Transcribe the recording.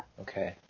Okay